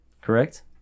Correct